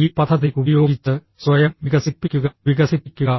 ഈ പദ്ധതി ഉപയോഗിച്ച് സ്വയം വികസിപ്പിക്കുക വികസിപ്പിക്കുക